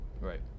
right